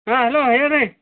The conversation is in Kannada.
ಹಾಂ ಹಲೋ ಹೇಳ್ರಿ